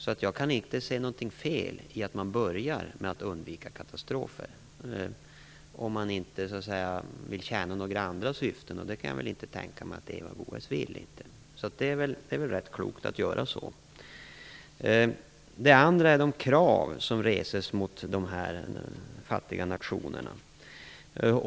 Jag kan alltså inte se något fel i att man börjar med att undvika katastrofer, om man nu inte vill tjäna några andra syften, och det kan jag inte tänka mig att Eva Goës vill. Det är rätt klokt att göra så här. Den andra kommentaren gäller de krav som reses mot dessa fattiga nationer.